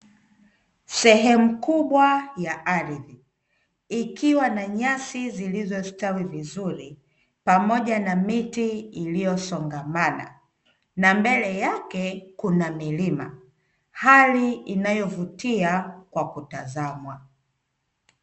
Sehemu kubwa ya ardhi ikiwa na nyasi, zilizo stawi vizuri pamoja na miti, iliyosongamana na mbele yake kuna milima, hali inayovutia kwa kutazama.